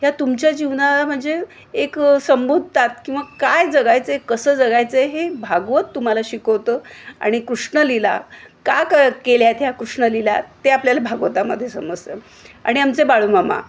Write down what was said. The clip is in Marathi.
ह्या तुमच्या जीवना म्हणजे एक संबोधतात किंवा काय जगायचं आहे कसं जगायचं आहे हे भागवत तुम्हाला शिकवतं आणि कृष्ण लिला का क केल्यात ह्या कृष्ण लिला ते आपल्याला भागवतामध्ये समजत आणि आमचे बाळूमामा